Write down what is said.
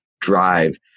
drive